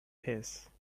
face